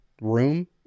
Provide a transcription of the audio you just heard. room